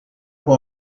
può